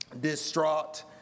distraught